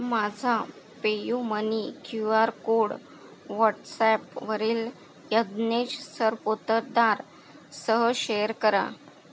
माझा PayUMoney Q R code व्हॉटसॲपवरील यज्ञेश सरपोतदारसह शेअर करा